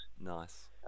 Nice